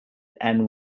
and